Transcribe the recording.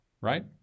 right